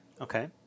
Okay